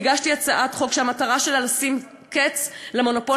הגשתי הצעת חוק שהמטרה שלה לשים קץ למונופול